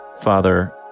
Father